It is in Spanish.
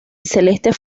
celestes